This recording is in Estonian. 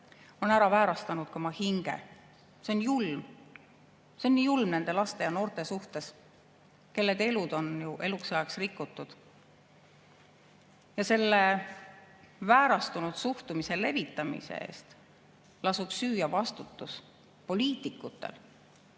on ära väärastanud ka oma hinge. See on julm. See on nii julm nende laste ja noorte suhtes, kelle elud on ju eluks ajaks rikutud. Selle väärastunud suhtumise levitamise eest lasub süü ja vastutus poliitikutel,